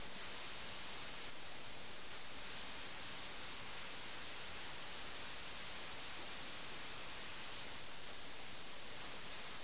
അതിനാൽ ഞാൻ പറഞ്ഞതുപോലെ ലഖ്നൌ സമൂഹത്തിലെ ആളുകളെ അടിമപ്പെടുത്തുന്ന സ്വഭാവത്തെ നിമഗ്നമാകുക മുങ്ങിപോകുക മയക്കത്തിലാണ്ടു എന്നീ ഈ വാക്കുകളിൽ വിവരിക്കുന്നു